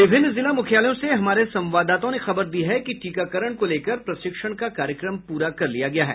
विभिन्न जिला मुख्यालयों से हमारे संवाददाताओं ने खबर दी है कि टीकाकरण को लेकर प्रशिक्षण का कार्यक्रम प्ररा कर लिया गया है